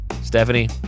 Stephanie